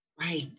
Right